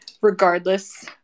regardless